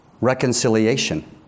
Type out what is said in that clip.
reconciliation